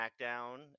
SmackDown